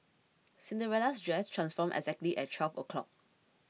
Cinderella's dress transformed exactly at twelve o' clock